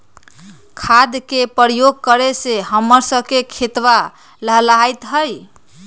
खाद के प्रयोग करे से हम्मर स के खेतवा लहलाईत हई